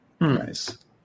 Nice